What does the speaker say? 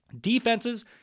Defenses